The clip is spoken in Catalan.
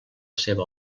seva